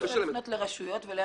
אי אפשר לפנות לרשויות ולאמת אותה?